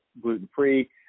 gluten-free